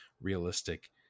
realistic